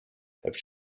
have